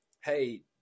Hey